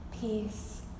peace